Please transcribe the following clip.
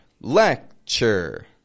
lecture